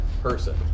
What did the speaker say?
person